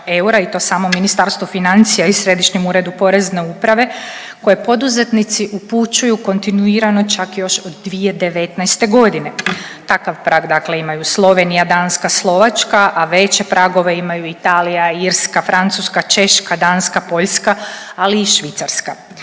i to samom Ministarstvo financija i Središnjem uredu Porezne uprave koje poduzetnici upućuju kontinuirano čak još od 2019. godine. Takav prag dakle imaju Slovenija, Danska, Slovačka, a veće pragove imaju Italija, Irska, Francuska, Češka, Danska, Poljska ali i Švicarska.